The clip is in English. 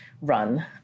run